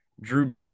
Drew